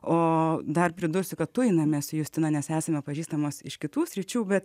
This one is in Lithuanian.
o dar pridursiu kad tu einame su justina nes esame pažįstamos iš kitų sričių bet